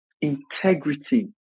Integrity